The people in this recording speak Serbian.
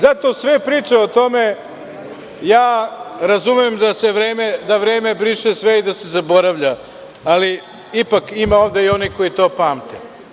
Zato sve priče o tome, razumem da vreme briše sve i da se zaboravlja, ali ipak ima ovde i onih koji to pamte.